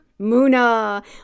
Muna